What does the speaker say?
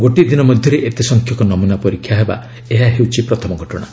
ଗୋଟିଏ ଦିନ ମଧ୍ୟରେ ଏତେ ସଂଖ୍ୟକ ନମୁନା ପରୀକ୍ଷା ହେବା ଏହା ହେଉଛି ପ୍ରଥମ ଘଟଣା